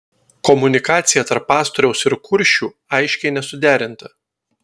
komunikacija tarp pastoriaus ir kuršių aiškiai nesuderinta